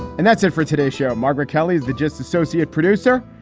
and that's it for today show, margaret kelly is the just associate producer,